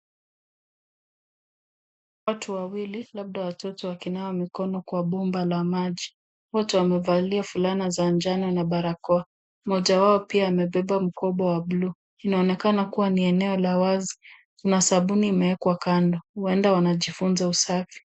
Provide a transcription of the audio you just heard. Watu wawili labda watoto wakinawa mikono kwa bomba la maji. Wote wamevalia fulana za njano na barakoa. Moja wao pia amebeba mkoba wa buluu. Inaonekana kuwa ni eneo la wazi. Kuna sabuni imewekwa kando huenda wanajifunza usafi.